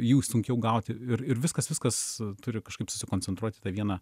jų sunkiau gauti ir ir viskas viskas turi kažkaip susikoncentruot į tą vieną